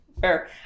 fair